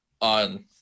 on